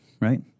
right